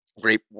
Great